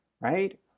right